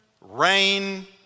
rain